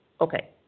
okay